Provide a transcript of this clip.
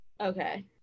Okay